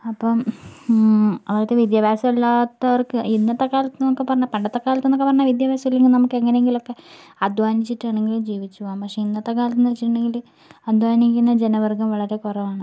അപ്പം അതായത് വിദ്യാഭ്യാസം ഇല്ലാത്തവർക്ക് ഇന്നത്തെ കാലത്ത്ന്നൊക്കെ പറഞ്ഞാൽ പണ്ടത്തെ കാലത്ത്ന്നൊക്കെ പറഞ്ഞാൽ വിദ്യഭ്യാസം ഇല്ലെങ്കിലും നമുക്കെങ്ങനെങ്കിലുമൊക്കെ അധ്വാനിച്ചിട്ടാണെങ്കിലും ജീവിച്ചുപോവാം പക്ഷേ ഇന്നത്തെ കാലത്ത്ന്ന് വെച്ചിട്ടുണ്ടെങ്കിൽ അധ്വാനിക്കുന്ന ജനവർഗ്ഗം വളരേ കുറവാണ്